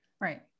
Right